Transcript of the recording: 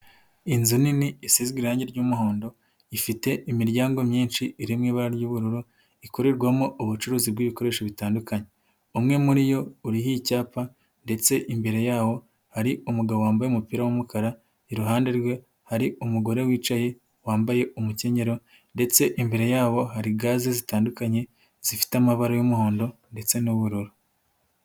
Inzu nini isizwe irangi ry'umuhondo, ifite imiryango myinshi iri mu ibara ry'ubururu, ikorerwamo ubucuruzi bw'ibikoresho bitandukanye, umwe muri yo uriho icyapa ndetse imbere yawo hari umugabo wambaye umupira w'umukara, iruhande rwe hari umugore wicaye wambaye umukenyero ndetse imbere yabo hari gaze zitandukanye, zifite amabara y'umuhondo ndetse n'ubururu.